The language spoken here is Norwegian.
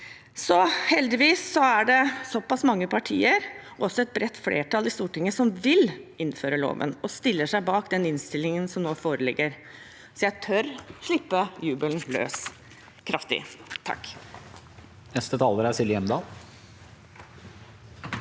Heldigvis er det såpass mange partier og også et bredt flertall i Stortinget som vil innføre loven og stiller seg bak den innstillingen som nå foreligger, så jeg tør slippe jubelen løs, kraftig. Silje